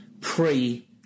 pre